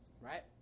right